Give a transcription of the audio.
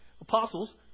apostles